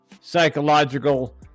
psychological